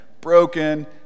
broken